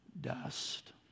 dust